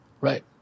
Right